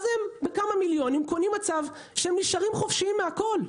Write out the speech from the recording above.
אז בכמה מיליונים הם קונים מצב שהם נשארים חופשיים מהכול.